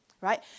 right